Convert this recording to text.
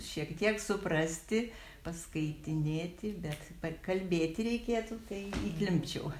šiek tiek suprasti paskaitinėti bet pakalbėti reikėtų tai įklimpčiau